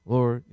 Lord